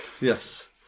Yes